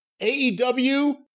AEW